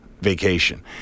vacation